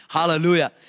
Hallelujah